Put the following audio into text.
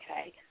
Okay